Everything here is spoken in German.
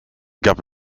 gab